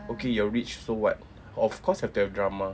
okay you're rich so what of course have to have drama